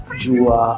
jua